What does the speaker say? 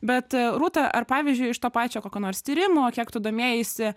bet rūta ar pavyzdžiui iš to pačio kokio nors tyrimo kiek tu domėjaisi